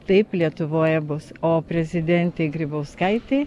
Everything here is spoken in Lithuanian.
taip lietuvoje bus o prezidentei grybauskaitei